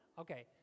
Okay